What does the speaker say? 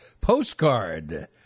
postcard